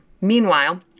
Meanwhile